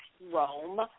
Rome